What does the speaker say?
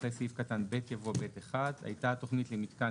אחרי סעיף קטן (ב) יבוא: "(ב1) הייתה התכנית למיתקן